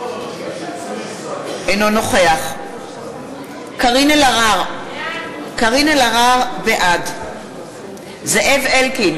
אינו נוכח קארין אלהרר, בעד זאב אלקין,